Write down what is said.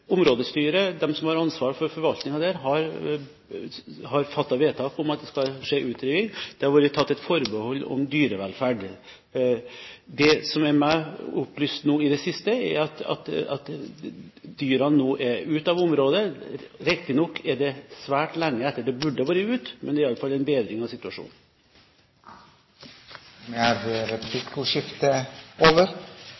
Områdestyret – de som har ansvaret for forvaltningen der – har fattet vedtak om at det skal skje utrydding. Det har blitt tatt forbehold om dyrevelferd. Det som er opplyst meg i det siste, er at dyrene nå er ute av området. Riktignok er det svært lenge etter at de burde vært ute, men det er i alle fall en bedring av situasjonen. Replikkordskiftet er